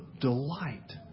delight